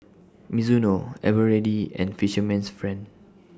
Mizuno Eveready and Fisherman's Friend